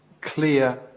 clear